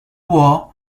war